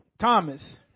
Thomas